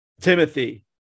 Timothy